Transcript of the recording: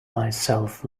myself